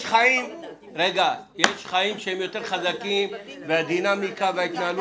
יש חיים שהם יותר חזקים ויש את הדינמיקה ואת ההתנהלות.